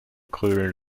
grölen